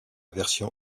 version